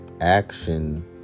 action